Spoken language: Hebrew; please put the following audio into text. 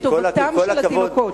לטובתם של התינוקות.